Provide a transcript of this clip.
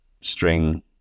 string